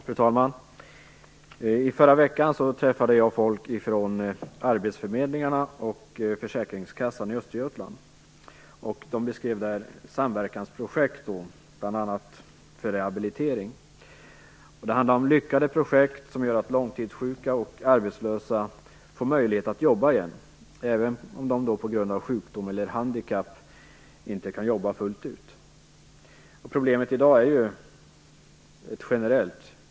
Fru talman! I förra veckan träffade jag folk från arbetsförmedlingarna och försäkringskassan i Östergötland. De beskrev då samverkansprojekt, bl.a. för rehabilitering. Det handlade om lyckade projekt som gör att långtidssjuka och arbetslösa får möjlighet att jobba igen, även om de på grund av sjukdom eller handikapp inte kan jobba fullt ut. Problemet i dag är generellt.